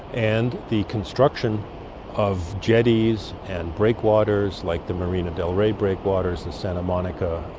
and the construction of jetties and breakwaters like the marine and del rey breakwaters in santa monica,